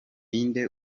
ninde